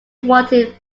wanted